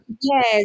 yes